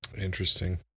Interesting